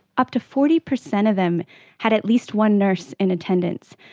up to forty percent of them had at least one nurse in attendance.